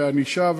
בענישה,